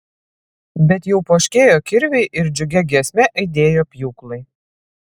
bet jau poškėjo kirviai ir džiugia giesme aidėjo pjūklai